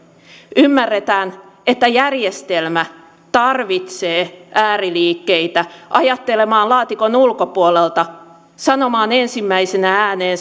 ymmärretään että järjestelmä tarvitsee ääriliikkeitä ajattelemaan laatikon ulkopuolelta sanomaan ensimmäisenä ääneen